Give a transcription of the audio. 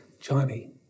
Johnny